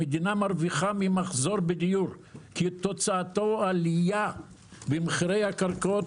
המדינה מרוויחה ממחסור בדיור כי תוצאתו עלייה במחירי הקרקעות,